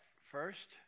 first